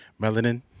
melanin